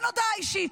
כן הודעה אישית,